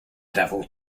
devil